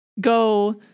go